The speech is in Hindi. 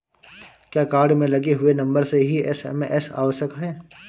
क्या कार्ड में लगे हुए नंबर से ही एस.एम.एस आवश्यक है?